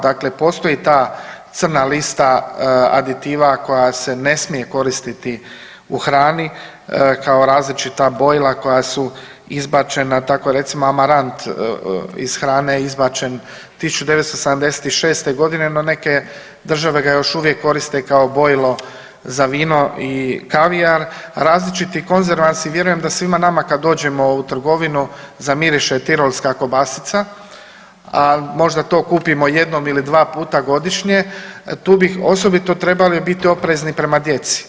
Dakle, postoji ta crna lista aditiva koja se ne smije koristiti u hrani kao različita bojila koja su izbačena, tako je recimo amarant iz hrane izbačen 1976.g., no neke države ga još uvijek koriste kao bojilo za vino i kavijar, različiti konzervansi, vjerujem da svima nama kad dođemo u trgovinu zamiriše tirolska kobasica, al možda to kupimo jednom ili dva puta godišnje, tu bih osobito trebali biti oprezni prema djeci.